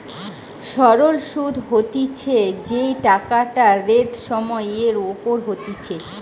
সরল সুধ হতিছে যেই টাকাটা রেট সময় এর ওপর হতিছে